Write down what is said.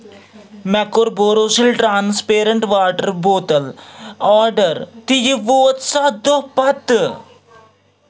مےٚ کوٚر Borosil transparent water bottle order تہٕ یہِ ووت سَتھ دۄہ پتہٕ